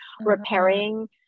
repairing